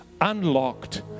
unlocked